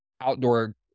outdoor